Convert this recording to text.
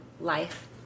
life